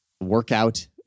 workout